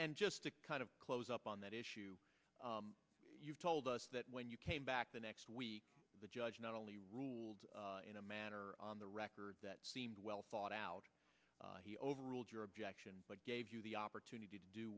and just to kind of close up on that issue you told us that when you came back the next week the judge not only ruled in a manner on the record that seemed well thought out he overruled your objection but gave you the opportunity to do